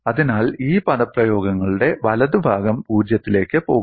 അതിനാൽ ഈ പദപ്രയോഗങ്ങളുടെ വലതുഭാഗം പൂജ്യത്തിലേക്ക് പോകും